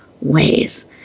ways